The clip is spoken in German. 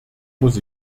muss